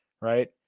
Right